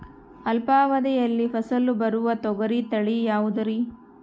ಅಲ್ಪಾವಧಿಯಲ್ಲಿ ಫಸಲು ಬರುವ ತೊಗರಿ ತಳಿ ಯಾವುದುರಿ?